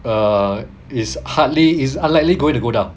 uh is hardly is unlikely going to go down